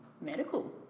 medical